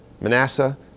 Manasseh